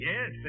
Yes